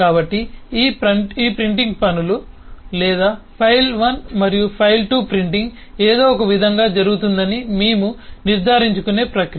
కాబట్టి ఈ ప్రింటింగ్ పనులు లేదా ఫైల్ 1 మరియు ఫైల్ 2 ప్రింటింగ్ ఏదో ఒక విధంగా జరుగుతుందని మేము నిర్ధారించుకునే ప్రక్రియ